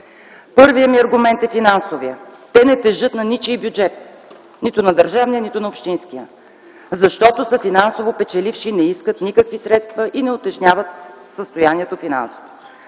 Първият ми аргумент е финансовият. Те не тежат на ничии бюджет – нито на държавния, нито на общинския, защото са финансово печеливши и не искат никакви средства, и не утежняват финансовото